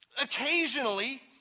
occasionally